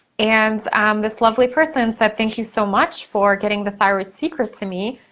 and um this lovely person said, thank you so much for getting the thyroid secret to me.